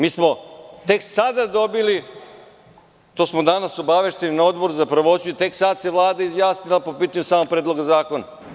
Mi smo tek sada dobili, to smo danas obavešteni na Odboru za pravosuđe, tek sad se Vlada izjasnila po pitanju samog Predloga zakona.